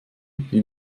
wie